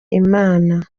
imana